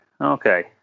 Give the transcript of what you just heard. Okay